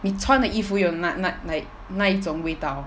你穿的衣服有那那那那一种味道